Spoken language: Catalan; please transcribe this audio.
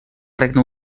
regne